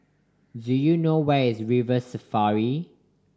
do you know where is River Safari